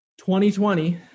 2020